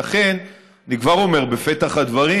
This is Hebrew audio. לכן אני כבר אומר בפתח הדברים: